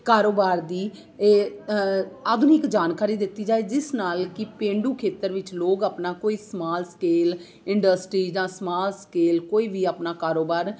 ਕਾਰੋਬਾਰ ਦੀ ਇਹ ਆਧੁਨਿਕ ਜਾਣਕਾਰੀ ਦਿੱਤੀ ਜਾਵੇ ਜਿਸ ਨਾਲ ਕਿ ਪੇਂਡੂ ਖੇਤਰ ਵਿੱਚ ਲੋਕ ਆਪਣਾ ਕੋਈ ਸਮਾਲ ਸਕੇਲ ਇੰਡਸਟਰੀ ਜਾਂ ਸਮਾਲ ਸਕੇਲ ਕੋਈ ਵੀ ਆਪਣਾ ਕਾਰੋਬਾਰ